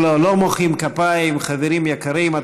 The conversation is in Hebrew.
לא מוחאים כפיים, חברים יקרים.